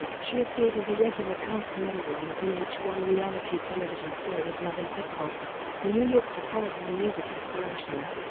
she appeared as a regular cast member on the v h one reality television series love and hip hop new york to follow her music aspirations,